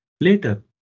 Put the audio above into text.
Later